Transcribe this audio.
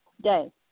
day